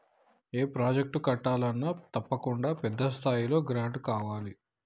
ఏ project కట్టాలన్నా తప్పకుండా పెద్ద స్థాయిలో గ్రాంటు కావాలి